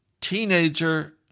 teenager